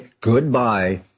goodbye